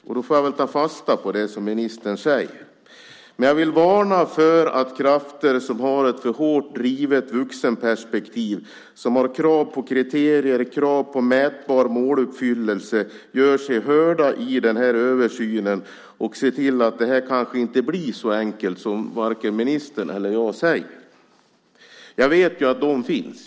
Jag får ta fasta på det ministern säger. Men jag vill varna för att krafter som har ett för hårt drivet vuxenperspektiv med krav på kriterier och mätbar måluppfyllelse gör sig hörda i översynen och ser till att det inte blir så enkelt som ministern och jag säger. Jag vet att de finns.